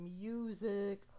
music